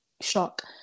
shock